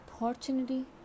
opportunity